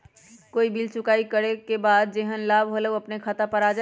कोई बिल चुकाई करे के बाद जेहन लाभ होल उ अपने खाता पर आ जाई?